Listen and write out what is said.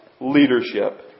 leadership